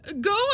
Go